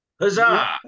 Huzzah